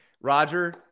Roger